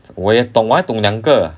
我也懂我还懂两个